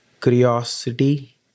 Curiosity